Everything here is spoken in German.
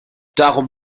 darum